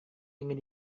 ingin